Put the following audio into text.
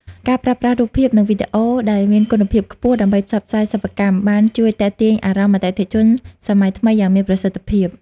ការប្រើប្រាស់រូបភាព និងវីដេអូដែលមានគុណភាពខ្ពស់ដើម្បីផ្សព្វផ្សាយសិប្បកម្ម បានជួយទាក់ទាញអារម្មណ៍អតិថិជនសម័យថ្មីយ៉ាងមានប្រសិទ្ធភាព។